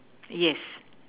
yes